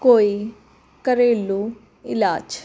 ਕੋਈ ਘਰੇਲੂ ਇਲਾਜ